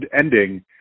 ending